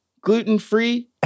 gluten-free